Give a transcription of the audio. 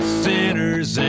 sinners